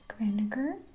vinegar